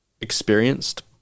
experienced